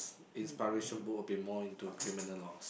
inspiration books will be more into criminal laws